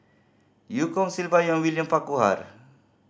Eu Kong Silvia Yong William Farquhar